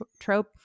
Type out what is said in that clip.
trope